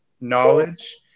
knowledge